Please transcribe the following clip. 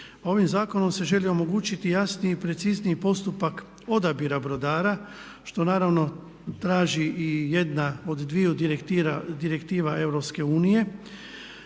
Ovim zakonom se želi omogućiti jasniji i precizniji postupak odabira brodara što naravno traži i jedna od dviju direktiva EU.